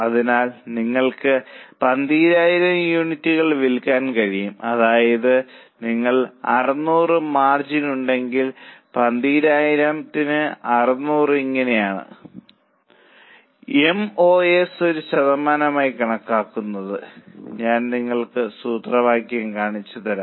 അതിനാൽ നിങ്ങൾക്ക് 12000 യൂണിറ്റുകൾ വിൽക്കാൻ കഴിയും അതായത് നിങ്ങൾക്ക് 600 മാർജിൻ ഉണ്ടെങ്കിൽ 12000 ന് 600 ഇങ്ങനെയാണ് എം ഓ എസ് ഒരു ശതമാനമായി കണക്കാക്കുന്നത് ഞാൻ നിങ്ങൾക്ക് സൂത്രവാക്യം കാണിച്ചുതരാം